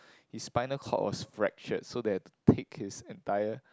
his spinal cord was fractured so they had to take his entire